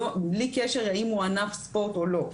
בלי קשר אם הוא ענף ספורט או לא.